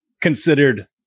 considered